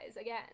again